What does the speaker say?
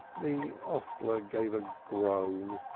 the hostler gave a groan.